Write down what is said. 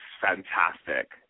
fantastic